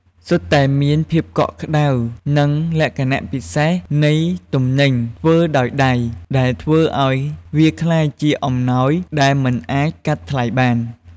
សុទ្ធតែមានភាពកក់ក្តៅ និងលក្ខណៈពិសេសនៃទំនិញធ្វើដោយដៃ ដែលធ្វើឱ្យវាក្លាយជាអំណោយដែលមិនអាចកាត់ថ្លៃបាន។